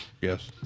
Yes